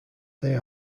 they